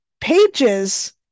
Pages